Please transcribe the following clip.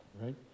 right